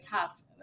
tough